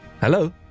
Hello